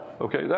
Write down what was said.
Okay